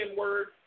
word